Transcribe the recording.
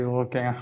okay